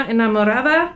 Enamorada